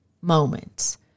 moments